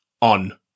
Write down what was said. on